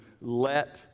let